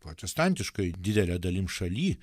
protestantiškai didelė dalim šaly